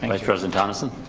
vice president tonneson.